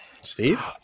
Steve